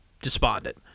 despondent